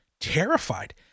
terrified